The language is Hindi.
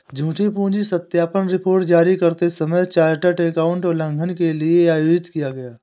झूठी पूंजी सत्यापन रिपोर्ट जारी करते समय चार्टर्ड एकाउंटेंट उल्लंघन के लिए आयोजित किया गया